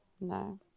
No